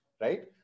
right